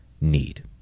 need